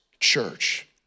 church